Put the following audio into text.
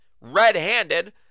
red-handed